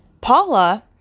Paula